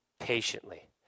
patiently